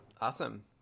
Awesome